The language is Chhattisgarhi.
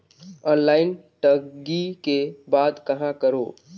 ऑनलाइन ठगी के बाद कहां करों?